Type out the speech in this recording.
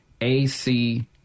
ac